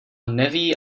neví